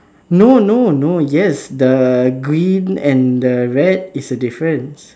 no no no yes the green and the red is the difference